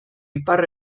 ipar